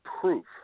proof